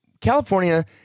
California –